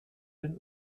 den